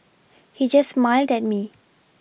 he just smiled at me